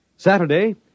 Saturday